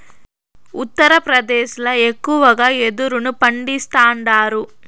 ఉత్తరప్రదేశ్ ల ఎక్కువగా యెదురును పండిస్తాండారు